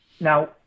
Now